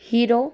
hero